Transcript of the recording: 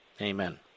Amen